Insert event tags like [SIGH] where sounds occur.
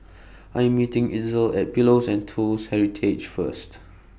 [NOISE] I Am meeting Itzel At Pillows and Toast Heritage First